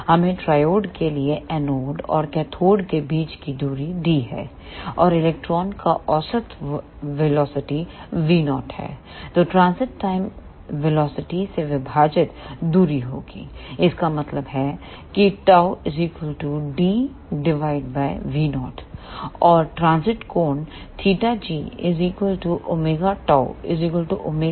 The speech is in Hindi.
हमें ट्रायोड के लिए एनोड और कैथोड के बीच की दूरी d है और इलेक्ट्रॉन का औसत वेलोसिटी v0 है तो ट्रांजिट टाइम वेलोसिटी से विभाजित दूरी होगी इसका मतलब है कि 𝛕 dv0और ट्रांजिट कोण 𝜭g⍵𝛕 ⍵dv0 होगा